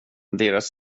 deras